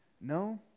no